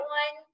one